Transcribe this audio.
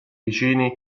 vicini